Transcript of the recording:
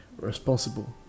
responsible